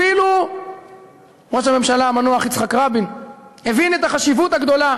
אפילו ראש הממשלה המנוח יצחק רבין הבין את החשיבות הגדולה